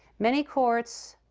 many courts